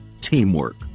teamwork